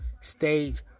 stage